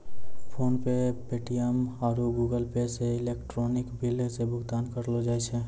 PhonePe Paytm आरु Google Pay से electronic bill रो भुगतान करलो जाय छै